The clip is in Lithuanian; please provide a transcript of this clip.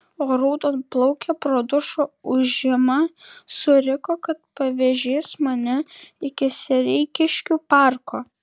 o raudonplaukė pro dušo ūžimą suriko kad pavėžės mane iki sereikiškių parko